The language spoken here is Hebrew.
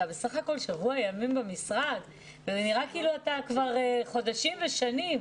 אתה בסך הכול שבוע ימים במשרד וזה נראה כאילו אתה כבר חודשים ושנים שם.